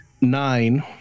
nine